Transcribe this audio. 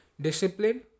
discipline